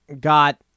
got